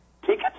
tickets